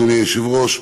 אדוני היושב-ראש,